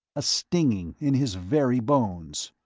a stinging in his very bones.